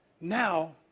Now